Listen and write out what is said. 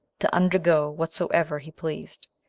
to undergo whatsoever he pleased,